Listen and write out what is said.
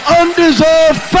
undeserved